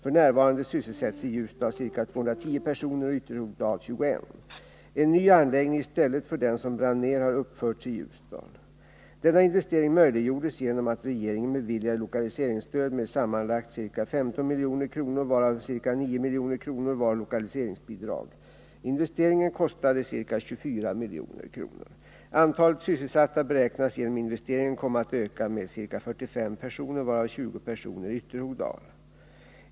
F. n. sysselsätts i Ljusdal ca 210 personer och i Ytterhogdal 21. En ny anläggning i stället för den som brann ner har uppförts i Ljusdal. Denna investering möjliggjordes genom att regeringen beviljade lokaliseringsstöd med sammanlagt ca 15 niilj. kr., varav ca 9 milj.kr. var lokaliseringsbidrag. Investeringen kostade ca 24 milj.kr. Antalet sysselsatta beräknades genom investeringen komma att öka med ca 45 personer, varav 20 personer i Ytterhogdal.